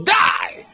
die